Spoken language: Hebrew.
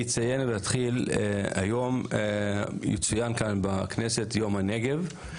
היום יצוין כאן בכנסת יום הנגב.